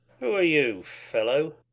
who are you, fellow,